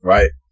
Right